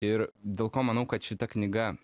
ir dėl ko manau kad šita knyga